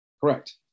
Correct